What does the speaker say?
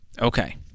Okay